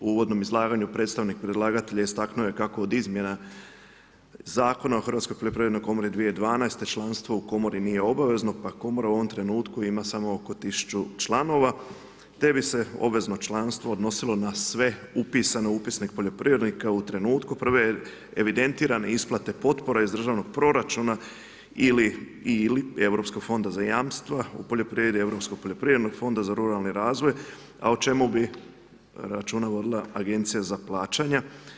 U uvodnom izlaganju, predstavnik predlagatelja istaknuo je kako od izmjena Zakona o Hrvatskoj poljoprivrednoj komori od 2012. članstvo u komori nije obavezna, pa komora u ovom trenutku ima samo oko 1000 članova, te bi se obvezno članstvo odnosilo na sve upisane u upisnik poljoprivrednika u trenutku prve evidentirane isplate potpore iz državnog proračuna ili i Europskog fonda za jamstva u poljoprivredi europskog poljoprivrednog fonda za ruralni razvoj, a o čemu bi računa vodila Agencija za plaćanja.